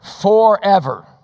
Forever